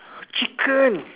chicken